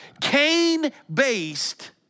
Cain-based